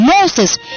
Moses